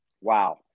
wow